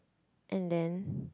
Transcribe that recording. and then